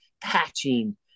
patching